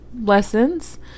lessons